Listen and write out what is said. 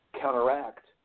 counteract